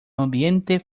ambiente